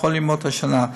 בכל ימות השנה.